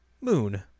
Moon